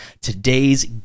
Today's